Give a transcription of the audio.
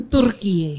Turkey